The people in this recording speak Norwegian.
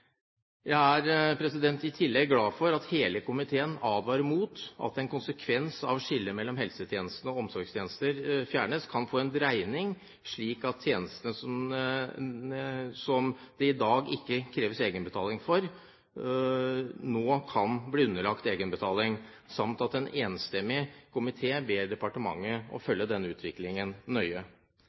Jeg er i tillegg glad for at hele komiteen advarer mot at en som konsekvens av at skillet mellom helsetjenester og omsorgstjenester fjernes kan få en dreining slik at tjenester som det i dag ikke kan kreves egenbetaling for, nå kan bli underlagt egenbetaling, samt at en enstemmig komité ber departementet om å følge denne utviklingen nøye.